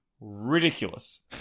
Ridiculous